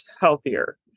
healthier